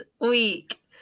week